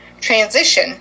transition